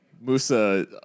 Musa